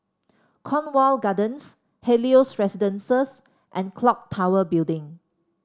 Cornwall Gardens Helios Residences and clock Tower Building